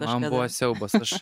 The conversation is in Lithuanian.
man buvo siaubas aš